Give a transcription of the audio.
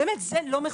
זה לא מכובד.